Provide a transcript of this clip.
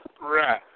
Right